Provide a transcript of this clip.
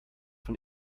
von